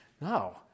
No